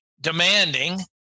demanding